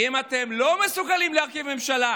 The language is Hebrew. אם אתם לא מסוגלים להרכיב ממשלה,